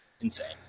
Insane